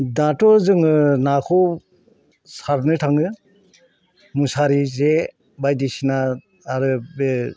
दाथ' जोङो नाखौ सारनो थाङो मुसारि जे बायदिसिना आरो बे